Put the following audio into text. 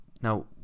Now